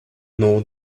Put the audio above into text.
know